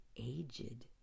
aged